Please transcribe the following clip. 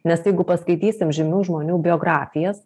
nes jeigu paskaitysim žymių žmonių biografijas